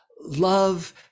love